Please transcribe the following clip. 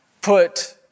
put